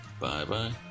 Bye-bye